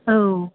औ